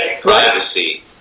Privacy